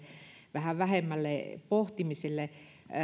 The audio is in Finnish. vähän vähemmälle pohtimiselle